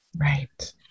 Right